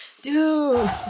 Dude